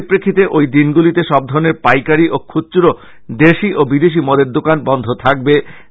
এর পরিপ্রেক্ষিতে ঐ দিনগুলিতে সব ধরনের পাইকারী ও খুচরো দেশী ও বিদেশী মদের দোকান বন্ধ থাকবে